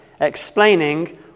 explaining